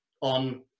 on